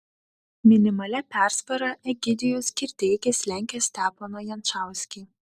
minimalia persvara egidijus kirdeikis lenkia steponą jančauskį